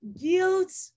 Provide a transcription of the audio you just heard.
guilt